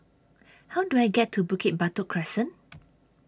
How Do I get to Bukit Batok Crescent